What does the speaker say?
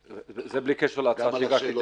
זה בלי קשר להצעה שהגשתי --- גם על השאלות שלי?